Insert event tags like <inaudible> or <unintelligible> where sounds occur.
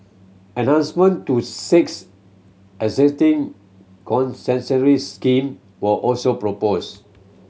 enhancement to six existing <unintelligible> scheme were also proposed